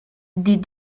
des